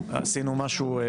עשינו משהו.